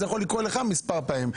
זה יכול לקרות לאותו אחד מספר פעמים.